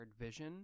vision